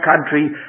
country